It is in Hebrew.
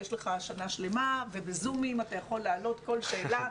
יש לך שנה שלמה ובזומים אתה יכול להעלות כל שאלה,